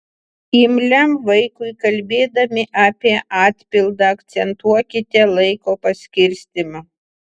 imliam vaikui kalbėdami apie atpildą akcentuokite laiko paskirstymą